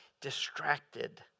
Distracted